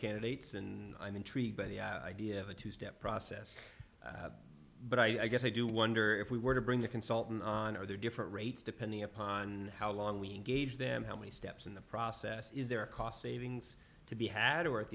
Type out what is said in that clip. candidates and i'm intrigued by the idea of a two step process but i guess i do wonder if we were to bring the consultant on are there different rates depending upon how long we gauge them how many steps in the process is there a cost savings to be had or at